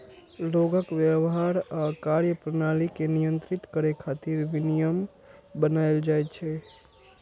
लोगक व्यवहार आ कार्यप्रणाली कें नियंत्रित करै खातिर विनियम बनाएल जाइ छै